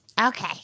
Okay